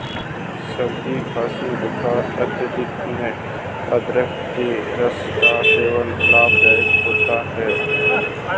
सर्दी खांसी बुखार इत्यादि में अदरक के रस का सेवन लाभदायक होता है